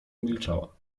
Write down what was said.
milczała